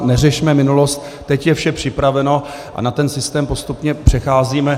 Neřešme minulost, teď je vše připraveno a na ten systém postupně přecházíme.